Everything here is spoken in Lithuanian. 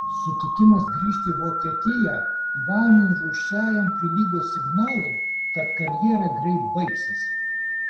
sutikimas grįžti į vokietiją ivanui rūsčiajam prilygo signalui kad karjera greit baigsis